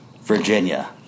Virginia